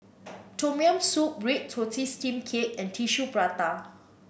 Tom Yam Soup Red Tortoise Steamed Cake and Tissue Prata